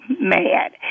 mad